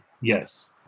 Yes